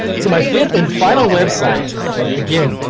so my fifth and final website, again,